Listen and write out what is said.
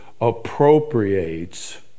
appropriates